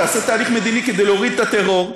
תעשה תהליך מדיני כדי להוריד את הטרור,